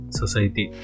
society